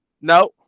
No